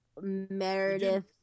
Meredith